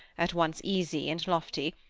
at once easy and lofty,